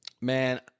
Man